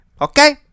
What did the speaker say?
Okay